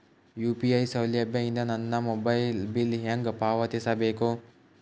UPI ಸೌಲಭ್ಯ ಇಂದ ನನ್ನ ಮೊಬೈಲ್ ಬಿಲ್ ಹೆಂಗ್ ಪಾವತಿಸ ಬೇಕು?